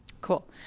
Cool